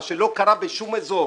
מה שלא קרה בשום אזור.